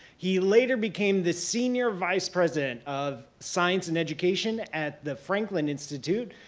he later became the senior vice president of science and education at the franklin institute,